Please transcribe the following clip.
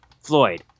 Floyd